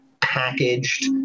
packaged